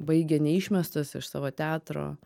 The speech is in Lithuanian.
baigė neišmestas iš savo teatro